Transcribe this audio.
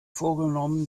vorgenommen